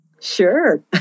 Sure